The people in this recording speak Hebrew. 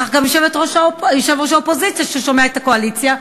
כך גם יושב-ראש האופוזיציה ששומע את הקואליציה.